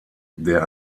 der